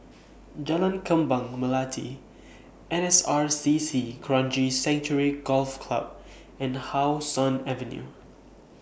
Jalan Kembang Melati N S R C C Kranji Sanctuary Golf Club and How Sun Avenue